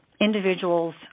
individuals